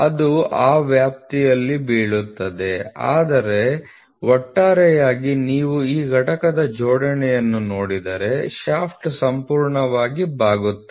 ಅದು ಆ ವ್ಯಾಪ್ತಿಯಲ್ಲಿ ಬೀಳುತ್ತದೆ ಆದರೆ ಒಟ್ಟಾರೆಯಾಗಿ ನೀವು ಈ ಘಟಕದ ಜೋಡಣೆಯನ್ನು ನೋಡಿದರೆ ಶಾಫ್ಟ್ ಸಂಪೂರ್ಣವಾಗಿ ಬಾಗುತ್ತದೆ